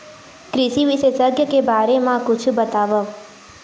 कृषि विशेषज्ञ के बारे मा कुछु बतावव?